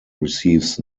receives